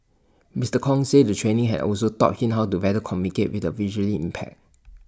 Mister Kong said the training has also taught him how to better communicate with the visually impaired